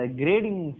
grading